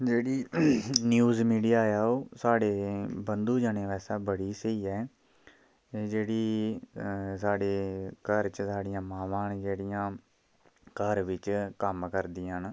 जेह्ड़ी news media ऐ ओह साढ़े बंधु जनें बास्तै बड़ी स्हेई ऐ जेह्ड़ी साढ़े घर च साढ़ियां मामां न जेह्ड़ियां घर बिच्च कम्म करदियां न